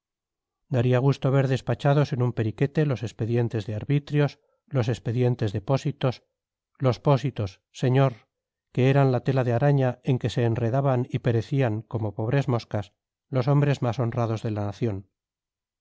daría gusto ver despachados en un periquete los expedientes de arbitrios los expedientes de pósitos los pósitos señor que eran la tela de araña en que se enredaban y perecían como pobres moscas los hombres más honrados de la nación